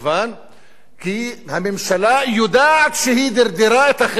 כי הממשלה יודעת שהיא דרדרה את החברה ואת המשק